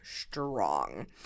strong